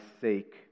sake